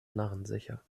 narrensicher